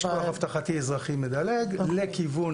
יש כוח